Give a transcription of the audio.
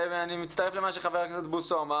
אני מצטרף למה שחבר הכנסת בוסו אמר,